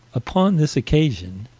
upon this occasion,